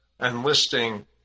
enlisting